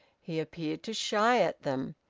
he appeared to shy at them,